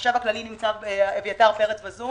החשב הכללי, אביתר פרץ בזום